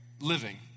living